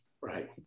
Right